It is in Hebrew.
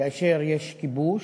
כאשר יש כיבוש,